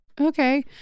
okay